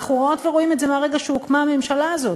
אנחנו רואות ורואים את זה מרגע שהוקמה הממשלה הזאת,